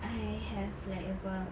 I have like about